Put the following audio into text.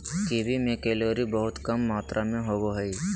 kiwi में calorie बहुत कम मात्र में होबो हइ